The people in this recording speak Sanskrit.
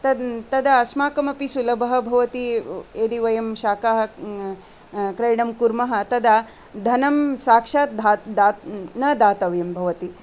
तद् तदा अस्माकमपि सुलभः भवति यदि वयं शाखाः क्रयणं कुर्मः तदा धनं साक्षात् न दातव्यं भवति